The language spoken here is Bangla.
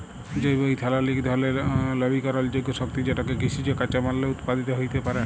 জৈব ইথালল ইক ধরলের লবিকরলযোগ্য শক্তি যেটকে কিসিজ কাঁচামাললে উৎপাদিত হ্যইতে পারে